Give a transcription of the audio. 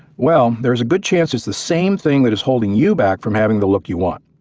well, there is a good chance it's the same thing that is holding you back from having the look you want.